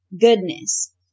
goodness